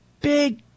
big